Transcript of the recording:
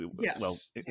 Yes